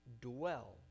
dwell